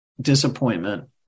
disappointment